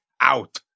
out